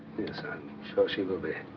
yes. i'm sure she will be.